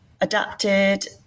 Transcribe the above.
adapted